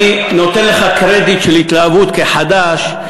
אני נותן לך קרדיט של התלהבות כחדש.